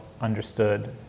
understood